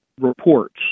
reports